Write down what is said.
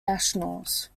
nationals